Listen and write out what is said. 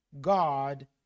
God